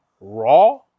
raw